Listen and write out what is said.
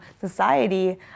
society